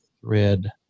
thread